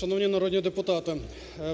Шановні народні депутати,